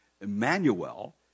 Emmanuel